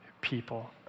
people